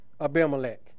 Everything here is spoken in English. Abimelech